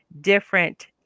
different